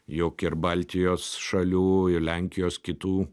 jog ir baltijos šalių ir lenkijos kitų